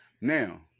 Now